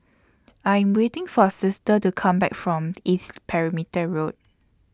I Am waiting For Sister to Come Back from East Perimeter Road